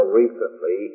recently